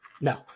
No